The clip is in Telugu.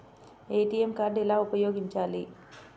ఏ.టీ.ఎం కార్డు ఎలా ఉపయోగించాలి?